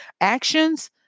actions